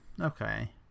okay